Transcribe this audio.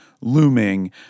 looming